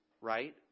right